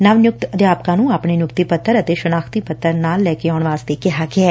ਨਵ ਨਿਯੁਕਤ ਅਧਿਆਪਕਾਂ ਨੰ ਆਪਣੇ ਨਿਯੁਕਤੀ ਪੱਤਰ ਅਤੇ ਸ਼ਨਾਖਤੀ ਪੱਤਰ ਨਾਲ ਲੈ ਕੇ ਆਉਣ ਵਾਸਤੇ ਕਿਹਾ ਗਿਐ